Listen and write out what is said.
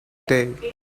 day